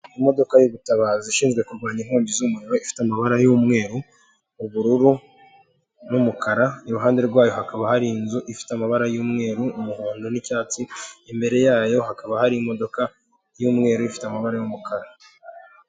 Imodoka y'ubutabazi ishinzwe kurwanya inkongi z'umuriro ifite amabara y'umweru, ubururu n'umukara, iruhande rwayo hakaba hari inzu ifite amabara y'umweru, umuhondo n'icyatsi, imbere yayo hakaba hari imodoka y'umweru ifite amabara y'umukara.